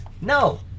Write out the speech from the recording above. No